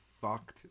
fucked